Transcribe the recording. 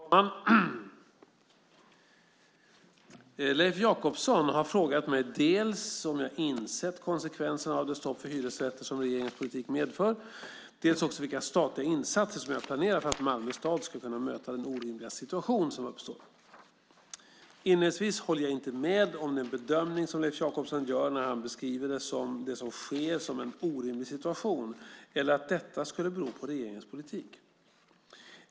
Fru talman! Leif Jakobsson har frågat mig dels om jag insett konsekvenserna av det stopp för hyresrätter som regeringens politik medför, dels också vilka statliga insatser som jag planerar för att Malmö stad ska kunna möta den orimliga situation som uppstår. Inledningsvis håller jag inte med om den bedömning som Leif Jakobsson gör när han beskriver det som sker som en "orimlig situation" eller att detta skulle bero på regeringens politik.